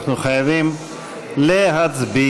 אנחנו חייבים להצביע.